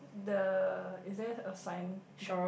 the is there a sign or